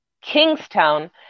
Kingstown